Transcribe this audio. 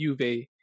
Juve